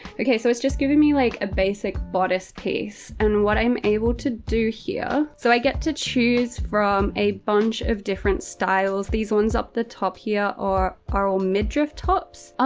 okay. so it's just giving me like a basic bodice piece and what i'm able to do here, so i get to choose from a bunch of different styles. these ones up the top here are all midriff tops. oh,